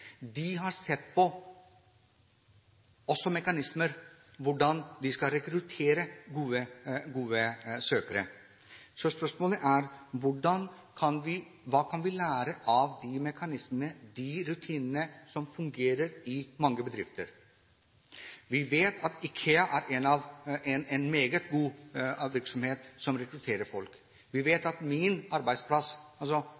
De har også sett på mekanismer for hvordan de skal rekruttere gode søkere. Så spørsmålet er: Hva kan vi lære av de mekanismene og de rutinene som fungerer i mange bedrifter? Vi vet at IKEA er en meget god virksomhet når det gjelder å rekruttere folk. Vi